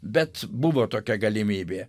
bet buvo tokia galimybė